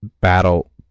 battle